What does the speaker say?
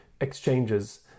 exchanges